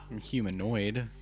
humanoid